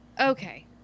okay